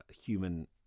human